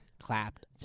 Clapped